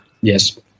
Yes